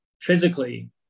physically